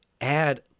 add